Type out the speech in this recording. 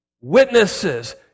Witnesses